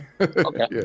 Okay